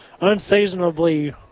unseasonably